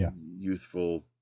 youthful